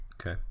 Okay